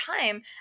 time